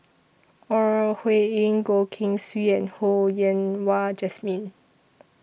Ore Huiying Goh Keng Swee and Ho Yen Wah Jesmine